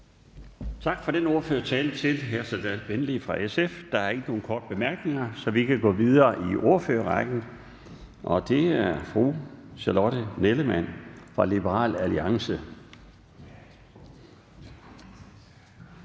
Tak til hr. Serdal Benli fra SF for ordførertalen. Der er ikke nogen korte bemærkninger, så vi kan gå videre i ordførerrækken. Det er nu fru Charlotte Nellemann fra Liberal Alliance